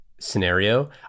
scenario